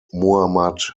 muhammad